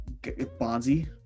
Bonzi